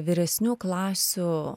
vyresnių klasių